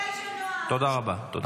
תודה רבה, תודה.